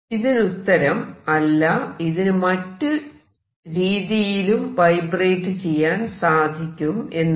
ഇതിനുത്തരം അല്ല ഇതിന് മറ്റു രീതിയിലും വൈബ്രേറ്റ് ചെയ്യാൻ സാധിക്കും എന്നാണ്